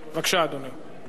בבקשה, אדוני.